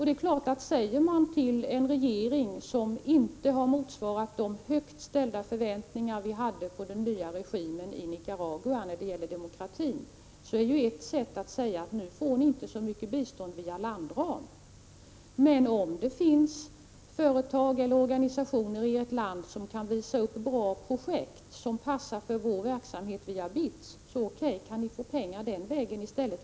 Det är klart att om regeringen i Nicaragua inte har motsvarat de högt ställda förväntningar vi hade på den nya regimen när det gäller demokratin, så finns det ett sätt för oss att visa detta genom att säga: Nu får ni inte så mycket bistånd via landramen, men om det finns företag eller organisationer i ert land som kan visa upp stora projekt som passar för vår verksamhet via BITS, så O.K., då kan ni få pengar den vägen i stället.